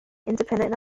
independent